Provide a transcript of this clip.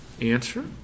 Answer